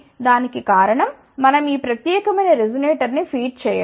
దానికి కారణం మనం ఈ ప్రత్యేకమైనరెసొనేటర్ ని ఫీడ్ చేయడం